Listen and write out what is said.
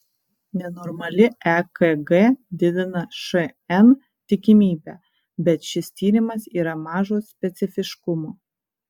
nenormali ekg didina šn tikimybę bet šis tyrimas yra mažo specifiškumo